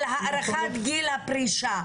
הארכת גיל הפרישה,